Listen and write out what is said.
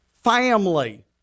Family